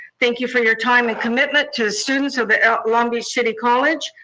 thank you for your time and commitment to the students of the long beach city college.